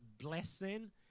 blessing